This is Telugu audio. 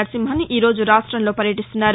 నరసింహన్ ఈరోజు రాష్టంలో పర్యటిస్తున్నారు